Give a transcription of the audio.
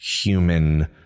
human